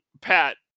Pat